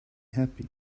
happy